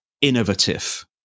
innovative